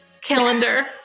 calendar